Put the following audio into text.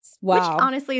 Wow